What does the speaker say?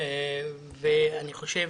אני חושב